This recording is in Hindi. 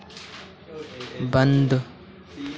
बंद